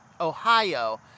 Ohio